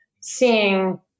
seeing